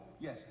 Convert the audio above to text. Yes